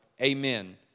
amen